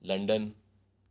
London